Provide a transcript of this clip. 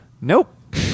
Nope